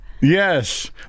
Yes